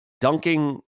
dunking